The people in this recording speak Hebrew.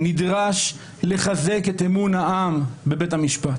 נדרש לחזק את אמון העם בבית המשפט.